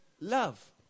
love